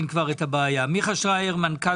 מיכה שריר, מנכ"ל